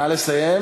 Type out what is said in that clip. נא לסיים.